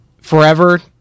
forever